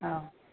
औ